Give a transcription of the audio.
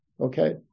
Okay